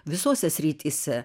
visose srityse